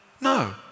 No